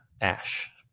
Ash